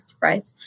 Right